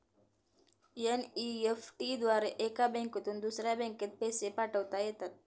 NEFT द्वारे एका बँकेतून दुसऱ्या बँकेत पैसे पाठवता येतात